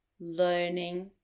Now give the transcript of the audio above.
learning